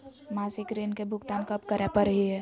मासिक ऋण के भुगतान कब करै परही हे?